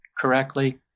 correctly